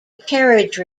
carriage